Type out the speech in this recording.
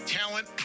talent